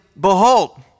Behold